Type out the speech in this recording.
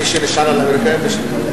מי שנשען על האמריקנים,